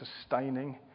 sustaining